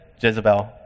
Jezebel